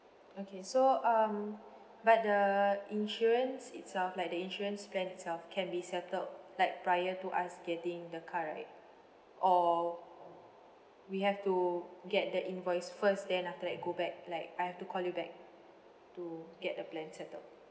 okay so um but the insurance itself like the insurance plan itself can be settled like prior to us getting the car right or we have to get the invoice first then after that go back like I have to call you back to get the plan settled